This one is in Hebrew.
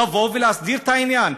לבוא ולהסדיר את העניין?